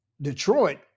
Detroit